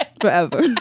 forever